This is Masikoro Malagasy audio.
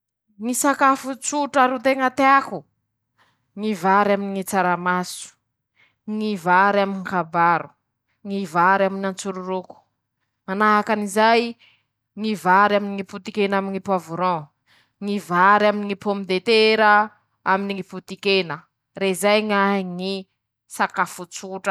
Ñy sakafo tsotra ro teña teako :-ñy vary aminy ñy tsaramaso.-ñy vary amy kabaro.-ñy vary aminy antsoroko.-Manahaky anizay ñy vary aminy ñy potikena aminy ñypoavoron. -ñy vary aminy ñy pomme de tera aminy ñy potikena ;rezay ñahy ñy sakafo tsotr <…>.